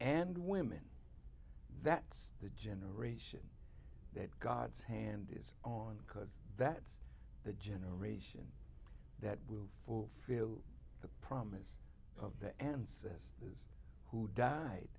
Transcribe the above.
and women that's the generation that god's hand is on because that's the generation that will fulfill the promise of the ems who died